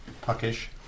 Puckish